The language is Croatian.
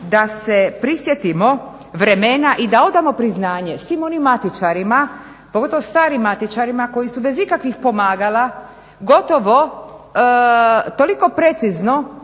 da se prisjetimo vremena i da odamo priznanje svim onim matičarima, pogotovo starim matičarima koji su bez ikakvih pomagala gotovo toliko precizno